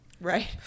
Right